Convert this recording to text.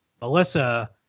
Melissa